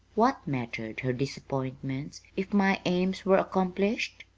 what mattered her disappointments if my aims were accomplished?